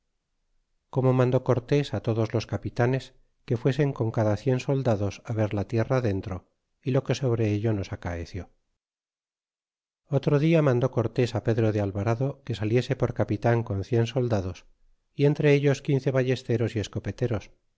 como mandó cortés todos los capitanes que fuesen con cada cien soldados ver la tierra adentro y le que sobre elle nos acaeció otro dia mandó cortés pedro de alvarado que saliese por capitan con cien soldados y entre ellos quince ballesteros y escopeteros